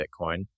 bitcoin